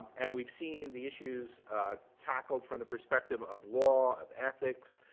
and we've seen the issues tackled from the perspective of law, of ethics,